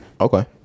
Okay